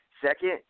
Second